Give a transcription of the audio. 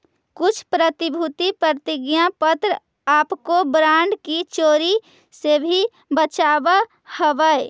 कुछ प्रतिभूति प्रतिज्ञा पत्र आपको बॉन्ड की चोरी से भी बचावअ हवअ